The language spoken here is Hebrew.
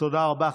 תודה רבה.